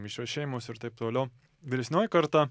mišrios šeimos ir taip toliau vyresnioji karta